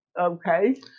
Okay